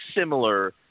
similar